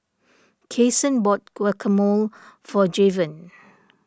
Kasen bought Guacamole for Javon